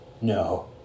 no